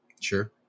Sure